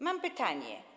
Mam pytanie.